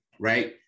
right